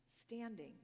standing